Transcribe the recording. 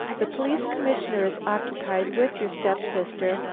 the police commissioner is occupied with your step-sister,